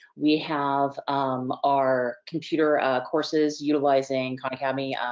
we have um our computer courses, utilizing khan academy,